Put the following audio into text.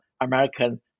American